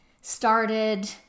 started